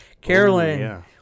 Carolyn